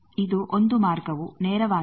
ಇದು ಒಂದು ಮಾರ್ಗವು ನೇರವಾಗಿದೆ